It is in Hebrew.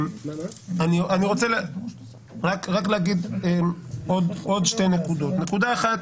רק להגיד עוד שתי נקודות: נקודה אחת